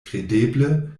kredeble